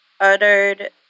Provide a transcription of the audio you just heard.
uttered